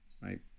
Right